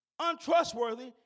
Untrustworthy